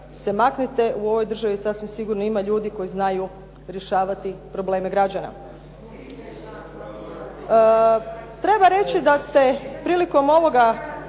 se maknite, u ovoj državi sasvim sigurno ima ljudi koji znaju rješavati probleme građana. Treba reći da ste prilikom ovoga